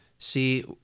See